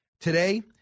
Today